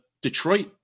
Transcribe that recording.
Detroit